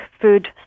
Food